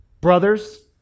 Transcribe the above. Brothers